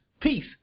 peace